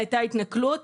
הייתה התנכלות,